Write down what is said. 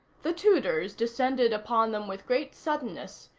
the tudors descended upon them with great suddenness,